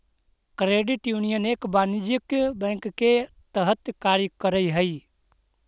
credit union एक वाणिज्यिक bank के तरह कार्य करऽ हइ